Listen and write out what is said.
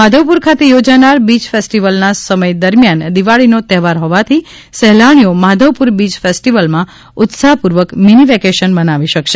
માધવપુર ખાતે યોજાનાર બીય ફેસ્ટીવલનાં સમય દરમિયાન દિવાળીનો તહેવાર હોવાથી સહેલાણીઓ માધવપુર બીય ફેસ્ટીવલમાં ઉત્સાહપૂર્વક મીની વેકેશન મનાવી શકાશે